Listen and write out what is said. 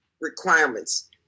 requirements